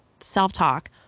self-talk